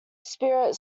spirit